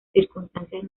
circunstancias